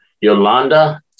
Yolanda